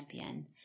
champion